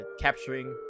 capturing